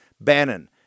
Bannon